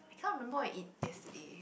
I can't remember what we eat yesterday